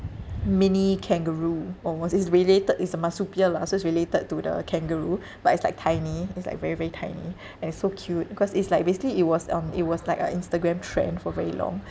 mini kangaroo almost is related it's a marsupial lah so it's related to the kangaroo but it's like tiny it's like very very tiny and so cute cause it's like basically it was on it was like a instagram trend for very long